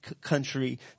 country